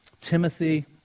Timothy